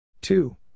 Two